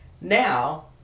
Now